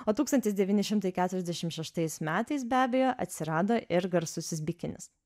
o tūkstantis devyni šimtai keturiasdešim šeštais metais be abejo atsirado ir garsusis bikinis